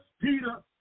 Peter